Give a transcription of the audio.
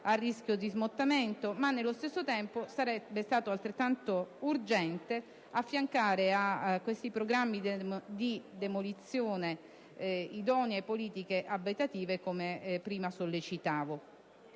a rischio di smottamento, ma, nello stesso tempo, sarebbe stato altrettanto urgente affiancare a questi programmi di demolizione idonee politiche abitative come prima sollecitavo.